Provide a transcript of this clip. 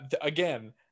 again